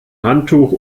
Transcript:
handtuch